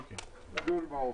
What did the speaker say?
ההגדרה היא לול ללא כלובים.